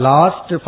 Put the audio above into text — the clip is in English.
Last